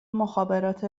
مخابرات